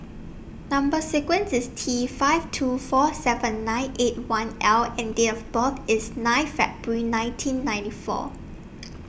Number sequence IS T five two four seven nine eight one L and Date of birth IS nine February nineteen ninety four